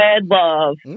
love